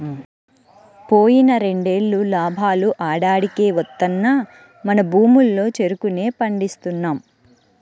పోయిన రెండేళ్ళు లాభాలు ఆడాడికే వత్తన్నా మన భూముల్లో చెరుకునే పండిస్తున్నాం